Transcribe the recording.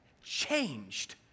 changed